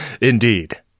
Indeed